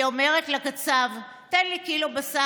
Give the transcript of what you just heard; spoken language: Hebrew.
היא אומרת לקצב: 'תן לי קילו בשר',